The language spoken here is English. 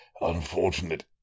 unfortunate